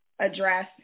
address